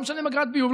לא משלמים אגרת ביוב,